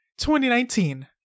2019